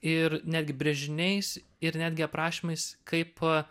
ir netgi brėžiniais ir netgi aprašymais kaip